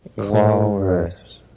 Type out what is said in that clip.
walrus.